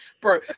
Bro